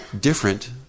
different